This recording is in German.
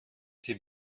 die